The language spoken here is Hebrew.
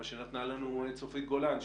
מה שנתנה לנו צופית גולן,